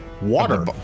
Water